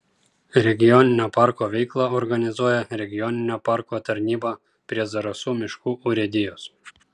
regioninio parko veiklą organizuoja regioninio parko tarnyba prie zarasų miškų urėdijos